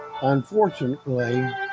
unfortunately